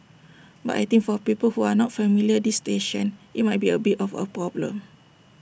but I think for people who are not familiar this station IT might be A bit of A problem